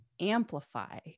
amplify